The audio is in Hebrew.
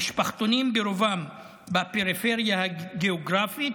המשפחתונים ברובם בפריפריה הגיאוגרפית,